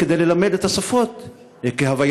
כדי ללמד את השפות כהווייתן?